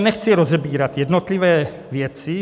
Nechci tady rozebírat jednotlivé věci.